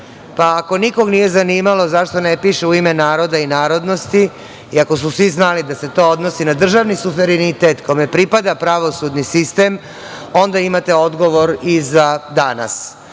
pa ako nikog nije zanimalo zašto ne piše "u ime naroda i narodnosti" i ako su svi znali da se to odnosi na državni suverenitet kome pripada pravosudni sistem onda imate odgovor i za danas